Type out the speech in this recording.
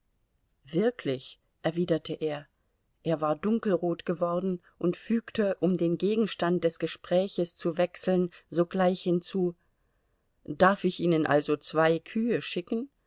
wirklich erwiderte er er war dunkelrot geworden und fügte um den gegenstand des gespräches zu wechseln sogleich hinzu darf ich ihnen also zwei kühe schicken